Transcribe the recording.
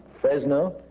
Fresno